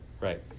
right